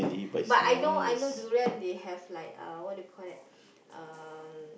but I know I know durian they have like uh what do you call that um